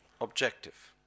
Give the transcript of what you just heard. objective